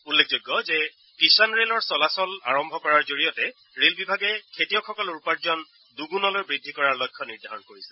উল্লেখযোগ্য যে কিষান ৰেলৰ চলাচল আৰম্ভ কৰাৰ জৰিয়তে ৰেল বিভাগে খেতিয়কসকলৰ উপাৰ্জন দুগুনলৈ বৃদ্ধি কৰাৰ লক্ষ্য গ্ৰহণ কৰিছে